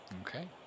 Okay